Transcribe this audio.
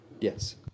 Yes